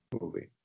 movie